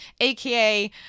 aka